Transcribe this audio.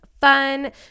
fun